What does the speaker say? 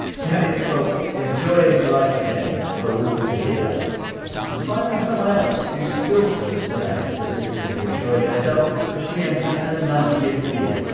janet salt enjoying life again for all to hear and finally someone else who still seems to know the secret of enjoying herself as she enters her ninetieth year.